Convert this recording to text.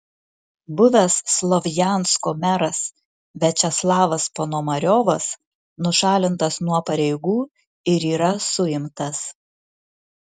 buvęs slovjansko meras viačeslavas ponomariovas nušalintas nuo pareigų ir yra suimtas